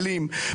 אלים.